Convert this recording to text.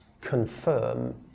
confirm